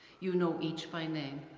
you know each by name,